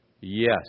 yes